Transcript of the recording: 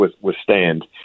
withstand